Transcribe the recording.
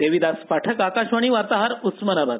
देविदास पाठक आकाशवाणी वार्ताहर उस्मानाबाद